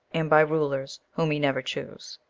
and by rulers whom he never chose.